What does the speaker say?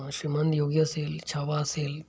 श्रीमान योगी असेल छावा असेल